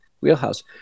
wheelhouse